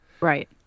Right